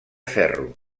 ferro